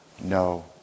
No